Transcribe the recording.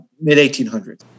mid-1800s